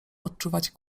odczuwać